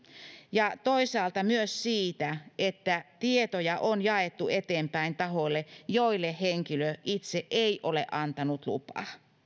ja toisaalta myös siitä että tietoja on jaettu eteenpäin tahoille joille henkilö itse ei ole antanut lupaa